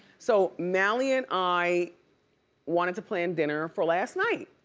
so mally and i wanted to plan dinner for last night.